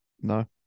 no